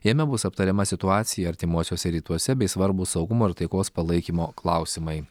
jame bus aptariama situacija artimuosiuose rytuose bei svarbūs saugumo ir taikos palaikymo klausimai